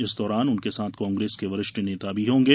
इस दौरान उनके साथ कांग्रेस के वरिष्ठ नेता भी होंगे